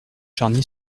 charny